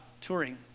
touring